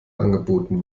angeboten